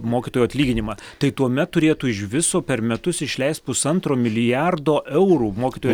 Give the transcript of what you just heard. mokytojų atlyginimą tai tuomet turėtų iš viso per metus išleisti pusantro milijardo eurų mokytojų